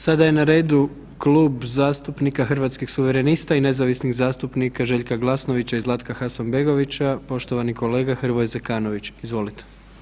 Sada je na redu Klub Hrvatskih suverenista i nezavisnih zastupnika Željka Glasnovića i Zlatka Hasanbegovića, poštovani kolega Hrvoje Zekanović, izvolite.